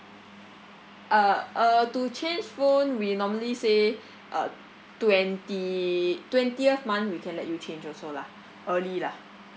uh uh to change phone we normally say uh twenti~ twentieth month we can let you change also lah early lah